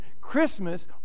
christmas